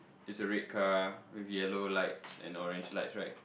it's red car with yellow lights and orange lights right